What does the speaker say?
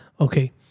okay